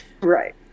Right